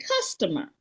customer